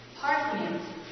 Parthians